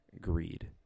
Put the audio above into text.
greed